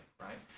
right